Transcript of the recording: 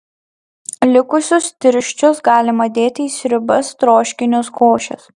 likusius tirščius galima dėti į sriubas troškinius košes